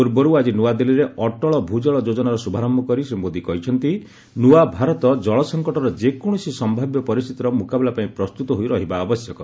ପୂର୍ବରୁ ଆଜି ନୂଆଦିଲ୍ଲୀରେ ଅଟଳ ଭୂ ଜଳ ଯୋଜନାର ଶୁଭାରମ୍ଭ କରି ଶ୍ରୀ ମୋଦୀ କହିଛନ୍ତି ନୂଆ ଭାରତ ଜଳସଂକଟର ଯେକୌଣସି ସମ୍ଭାବ୍ୟ ପରିସ୍ଥିତିର ମୁକାବିଲା ପାଇଁ ପ୍ରସ୍ତୁତ ହୋଇ ରହିବା ଆବଶ୍ୟକ